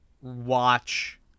watch